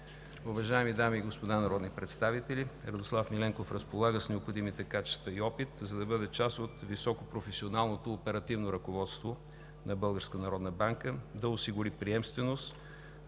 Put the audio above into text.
Уважаеми дами и господа народни представители, Радослав Миленков разполага с необходимите качества и опит, за да бъде част от високопрофесионалното оперативно ръководство на Българската народна банка,